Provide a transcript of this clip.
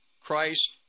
Christ